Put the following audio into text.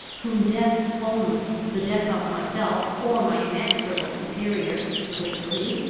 whom death only, the death of myself or my inexorable superior, could free?